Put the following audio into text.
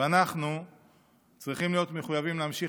ואנחנו צריכים להיות מחויבים להמשיך